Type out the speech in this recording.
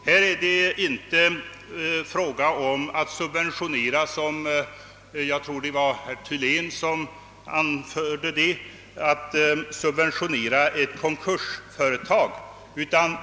Här är det inte fråga om att — som herr Thylén sade — »subventionera ett konkursmässigt företag».